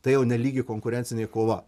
tai jau nelygi konkurencinė kova